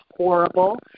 horrible